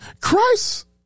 Christ